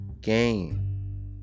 game